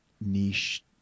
niche